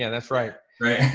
yeah that's right. right.